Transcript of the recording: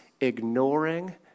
ignoring